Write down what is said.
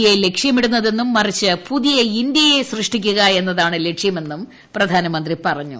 A ലക്ഷ്യമിടുന്നതെന്നും മറിച്ച് പുതിയ ഇന്ത്യയെ സൃഷ്ടിക്കുക എന്നതാണ് ലക്ഷ്യമെന്നും പ്രധാനമന്ത്രി പറഞ്ഞു